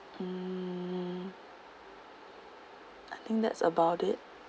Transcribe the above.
hmm I think that's about it